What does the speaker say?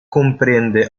comprende